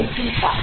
এটিই কাজ